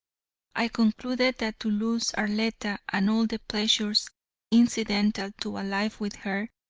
i concluded that to lose arletta, and all the pleasures incidental to a life with her,